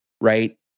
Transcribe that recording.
right